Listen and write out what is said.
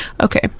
okay